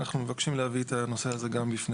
אנחנו מבקשים להביא את הנושא הזה גם בפני